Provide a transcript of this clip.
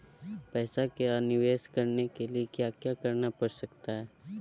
पैसा का निवेस करने के लिए क्या क्या करना पड़ सकता है?